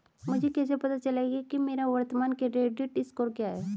मुझे कैसे पता चलेगा कि मेरा वर्तमान क्रेडिट स्कोर क्या है?